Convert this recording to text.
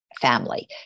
family